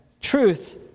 truth